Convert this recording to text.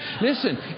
Listen